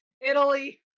Italy